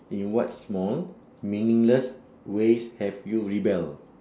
in what small meaningless ways have you rebel